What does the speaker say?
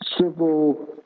civil